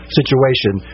situation